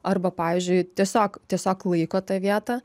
arba pavyzdžiui tiesiog tiesiog laiko tą vietą